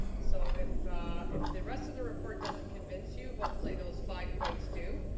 so if if the rest of the report doesn't convince you, hopefully those five points do.